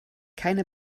keine